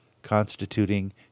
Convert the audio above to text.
constituting